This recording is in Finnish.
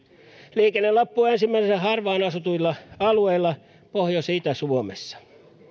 liikenne loppuu ensimmäisenä harvaan asutuilla alueilla pohjois ja itä suomessa